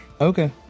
Okay